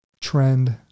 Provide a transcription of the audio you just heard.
trend